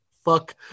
Fuck